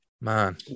Man